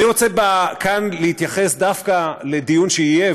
אני רוצה כאן להתייחס דווקא לדיון שיהיה,